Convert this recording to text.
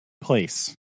place